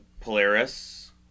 Polaris